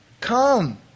Come